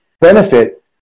benefit